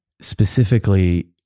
specifically